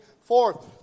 forth